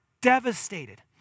devastated